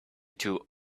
two